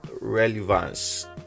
Relevance